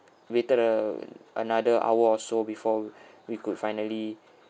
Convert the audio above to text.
waited uh another hour or so before we could finally